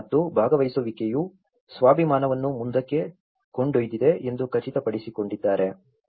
ಮತ್ತು ಭಾಗವಹಿಸುವಿಕೆಯು ಸ್ವಾಭಿಮಾನವನ್ನು ಮುಂದಕ್ಕೆ ಕೊಂಡೊಯ್ದಿದೆ ಎಂದು ಖಚಿತಪಡಿಸಿಕೊಂಡಿದೆ